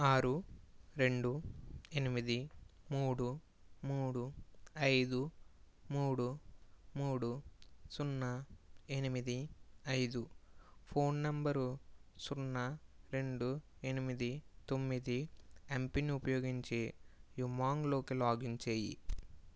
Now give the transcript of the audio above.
ఆరు రెండు ఎనిమిది మూడు మూడు ఐదు మూడు మూడు సున్నా ఎనిమిది ఐదు ఫోన్ నంబరు సున్నా రెండు ఎనిమిది తొమ్మిది ఎమ్ పిన్ ఉపయోగించి యూమాంగ్లోకి లాగిన్ చేయి